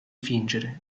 fingere